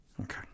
Okay